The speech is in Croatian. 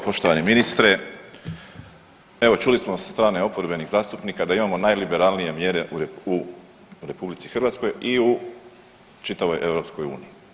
Poštovani ministre, evo čuli smo sa strane oporbenih zastupnika da imamo najliberalnije mjere u RH i u čitavoj EU.